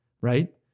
right